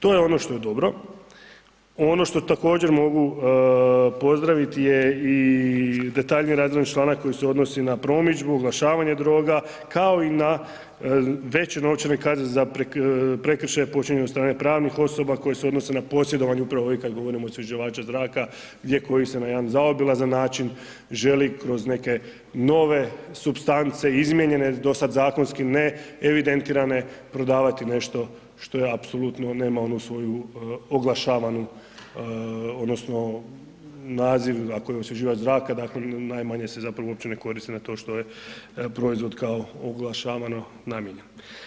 To je ono što je dobro, ono što također mogu pozdraviti je i detaljnije razrađen članak koji se odnosi na promidžbu, oglašavanje droga kao i na veće novčane kazne za prekršaje počinjene od strane pravnih osoba koje odnose na posjedovanje upravo ovih kad govorimo osvježivača zraka, gdje koji se na jedan zaobilazan način želi kroz neke nove supstance, izmijenjene do sada zakonski ne evidentirane, prodavati što je apsolutno nema onu svoju oglašavanu odnosno naziv, ako je osvježivač zraka, dakle, najmanje se zapravo uopće ne koristi na to što je proizvod kao oglašavano namijenjen.